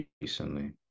recently